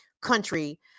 country